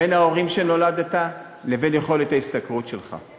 בין ההורים שנולדת להם לבין יכולת ההשתכרות שלך.